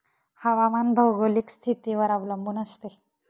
हवामान भौगोलिक स्थितीवर अवलंबून असते